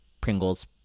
Pringles